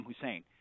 Hussein